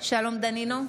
שלום דנינו,